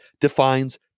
defines